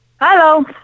Hello